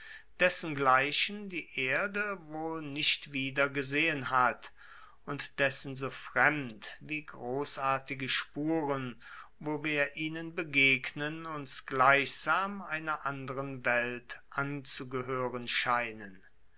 dessengleichen die erde wohl nicht wieder gesehen hat und dessen so fremd wie grossartige spuren wo wir ihnen begegnen uns gleichsam einer anderen welt anzugehoeren scheinen